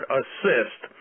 assist